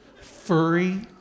furry